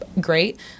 great